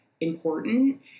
important